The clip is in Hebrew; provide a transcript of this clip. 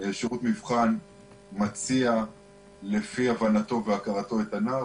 שירות המבחן מציע לפי הבנתו והכרתו את הנער,